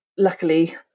Luckily